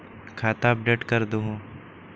खाता अपडेट करदहु?